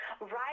Right